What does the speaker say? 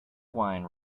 wine